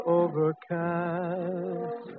overcast